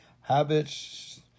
habits